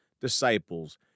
disciples